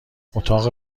اتاق